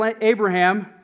Abraham